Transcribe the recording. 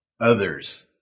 others